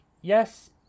yes